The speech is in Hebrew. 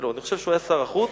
אני חושב שהוא היה שר החוץ,